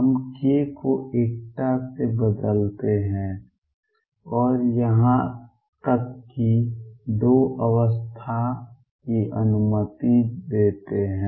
हम k को एकता से बदलते हैं और यहां तक कि 2 अवस्था की अनुमति देते हैं